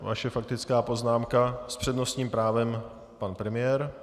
Vaše faktická poznámka s přednostním právem pan premiér.